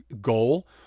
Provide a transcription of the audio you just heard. goal